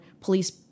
police